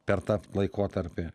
per tą laikotarpį